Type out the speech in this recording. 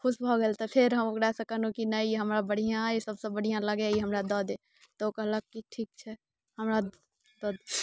खुश भऽ गेल तऽ फेर हम ओकरासँ कहलहुँ नहि ई हमर बढ़िआँ अइ सभसँ बढ़िआँ लगैए ई हमरा दऽ दे तऽ ओ कहलक की ठीक छै हमरा दऽ